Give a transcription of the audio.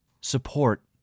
Support